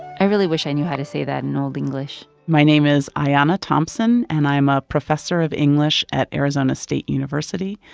i really wish i knew how to say that in old english my name is ayanna thompson, and i'm a professor of english at arizona state university,